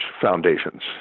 foundations